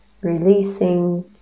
releasing